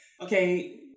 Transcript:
okay